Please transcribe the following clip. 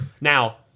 Now